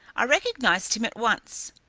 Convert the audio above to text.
i recognised him at once.